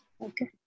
Okay